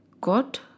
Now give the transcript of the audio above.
got